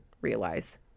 realize